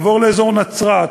לעבור לאזור נצרת,